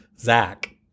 Zach